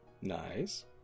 Nice